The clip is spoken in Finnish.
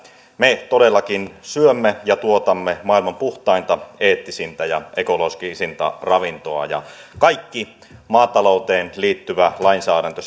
me todellakin syömme ja tuotamme maailman puhtainta eettisintä ja ekologisinta ravintoa kaikki maatalouteen liittyvä lainsäädäntö